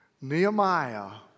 Nehemiah